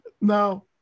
Now